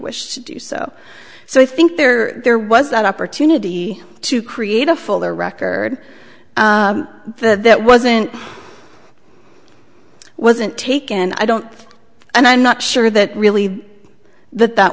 wish to do so so i think there there was that opportunity to create a full their record that that wasn't wasn't taken and i don't and i'm not sure that really the that